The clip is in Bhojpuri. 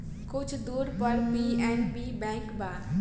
कुछ दूर पर पी.एन.बी बैंक बा